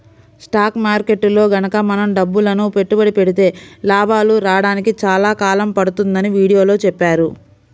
stock మార్కెట్టులో గనక మనం డబ్బులని పెట్టుబడి పెడితే లాభాలు రాడానికి చాలా కాలం పడుతుందని వీడియోలో చెప్పారు